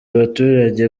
abaturage